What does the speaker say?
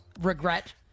regret